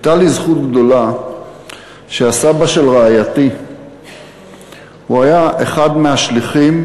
הייתה לי זכות גדולה שהסבא של רעייתי היה אחד מהשליחים